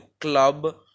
club